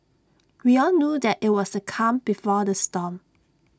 we all knew that IT was the calm before the storm